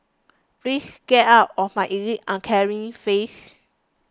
please get out of my elite uncaring face